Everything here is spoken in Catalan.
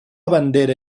bandera